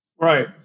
right